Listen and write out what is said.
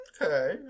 okay